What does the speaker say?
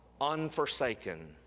unforsaken